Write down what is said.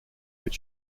but